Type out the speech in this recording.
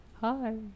hi